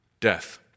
death